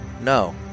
no